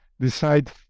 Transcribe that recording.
decide